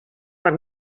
per